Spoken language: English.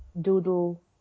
doodle